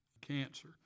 cancer